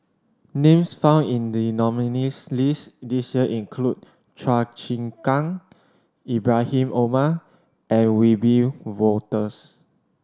names found in the nominees' list this year include Chua Chim Kang Ibrahim Omar and Wiebe Wolters